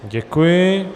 Děkuji.